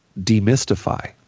demystify